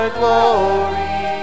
glory